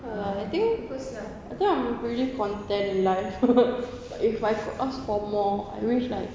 uh I think first lah I think I'm really content in life but if I could ask for more I wish like